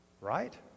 Right